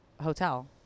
hotel